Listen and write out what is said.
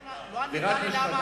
לא הבנתי למה שרי ש"ס,